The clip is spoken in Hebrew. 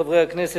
חברי הכנסת,